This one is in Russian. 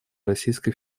российской